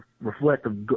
reflective